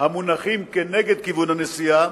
המונחים נגד כיוון הנסיעה